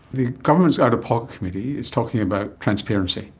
the government out-of-pocket committee is talking about transparency.